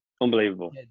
unbelievable